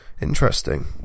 interesting